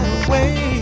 away